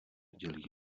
dělí